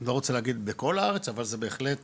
לא רוצה להגיד בכל הארץ אבל זה בהחלט